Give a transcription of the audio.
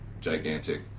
gigantic